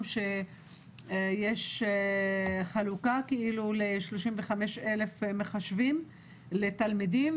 לפיהן יש חלוקה של 35 אלף מחשבים לתלמידים.